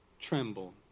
tremble